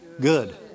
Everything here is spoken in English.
good